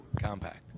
Compact